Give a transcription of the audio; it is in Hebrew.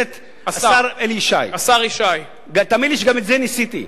השר אלי ישי, תאמין לי שגם את זה ניסיתי.